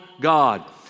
God